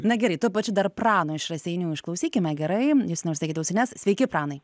na gerai tuo pačiu dar prano iš raseinių išklausykime gerai justinai užsidėkit ausines sveiki pranai